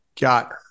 got